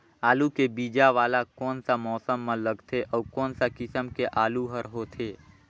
आलू के बीजा वाला कोन सा मौसम म लगथे अउ कोन सा किसम के आलू हर होथे?